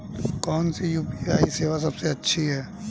कौन सी यू.पी.आई सेवा सबसे अच्छी है?